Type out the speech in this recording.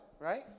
Right